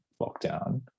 lockdown